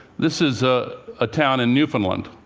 this is a ah town in newfoundland.